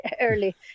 early